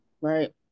Right